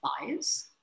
bias